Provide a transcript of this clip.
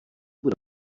bude